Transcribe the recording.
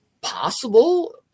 possible